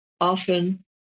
often